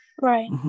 Right